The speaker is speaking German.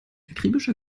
akribischer